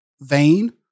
vain